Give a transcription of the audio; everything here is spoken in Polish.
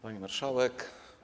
Pani Marszałek!